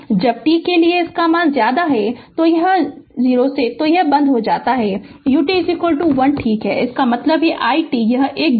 जब t के लिए 0 तो यह बंद हो जाता है ut 1 ठीक है इसका मतलब हैi t यह दिशा